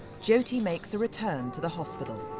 jyoti makes a return to the hospital.